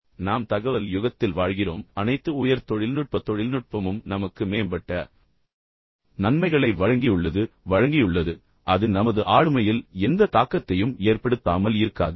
எனவே நாம் தகவல் யுகத்தில் வாழ்கிறோம் பின்னர் அனைத்து உயர் தொழில்நுட்ப தொழில்நுட்பமும் நமக்கு மேம்பட்ட நன்மைகளை வழங்கியுள்ளது வழங்கியுள்ளது ஆனால் அதே நேரத்தில் அது நமது ஆளுமையில் எந்த தாக்கத்தையும் ஏற்படுத்தாமல் இருக்காது